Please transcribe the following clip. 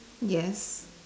yes